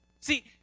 See